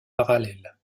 parallèle